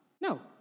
No